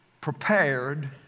prepared